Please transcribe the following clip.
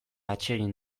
atsegin